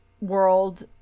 world